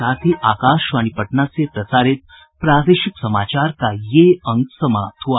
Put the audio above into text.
इसके साथ ही आकाशवाणी पटना से प्रसारित प्रादेशिक समाचार का ये अंक समाप्त हुआ